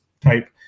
type